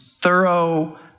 thorough